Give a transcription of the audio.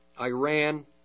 Iran